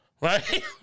right